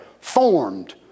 formed